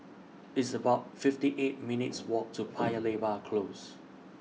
It's about fifty eight minutes' Walk to Paya Lebar Close